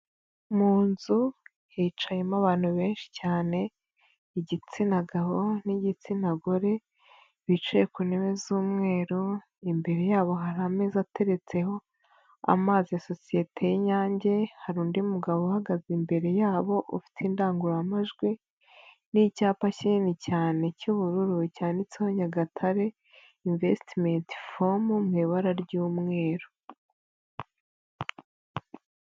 Mu nzu hicayemo abantu benshi cyane igitsina gabo n'igitsina gore bicaye ku ntebe z'umweru imbere yabo hari ameza ateretseho amazi ya sosiyete y'Inyange, hari undi mugabo uhagaze imbere yabo ufite indangururamajwi n'icyapa kinini cyane cy'ubururu cyanitseho Nyagatare invesitimenti fomu mu ibara ry'umweru.